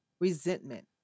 Resentment